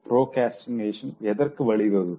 procrastination எதற்கு வழிவகுக்கும்